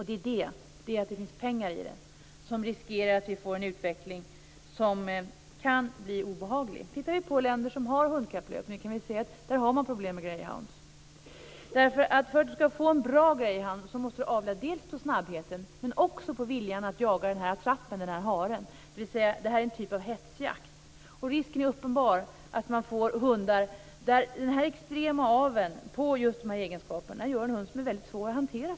Det är detta att det finns pengar i det som gör att vi riskerar att få en utveckling som kan bli obehaglig. Tittar vi på länder som har hundkapplöpning kan vi se att man där har problem med greyhounds. För att du skall få en bra greyhound måste du avla dels på snabbheten, dels också på viljan att jaga den här attrappen, haren. Det är alltså en typ av hetsjakt. Risken är uppenbar att man får hundar som, på grund av den extrema aveln på just de här egenskaperna, faktiskt är mycket svåra att hantera.